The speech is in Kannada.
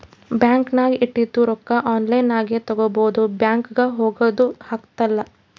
ಬ್ಯಾಂಕ್ ನಾಗ್ ಇಟ್ಟಿದು ರೊಕ್ಕಾ ಆನ್ಲೈನ್ ನಾಗೆ ತಗೋಬೋದು ಬ್ಯಾಂಕ್ಗ ಹೋಗಗ್ದು ಹತ್ತಲ್